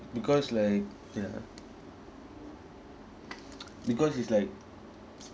because like ya because it's like